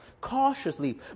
cautiously